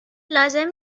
لازم